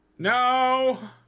No